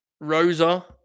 Rosa